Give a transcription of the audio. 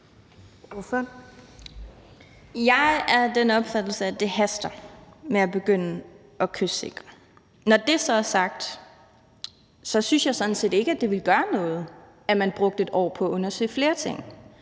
Jeg er af den opfattelse, at det haster med at begynde at kystsikre. Når det så er sagt, synes jeg sådan set ikke, at det ville gøre noget, at man brugte et år på at undersøge flere ting.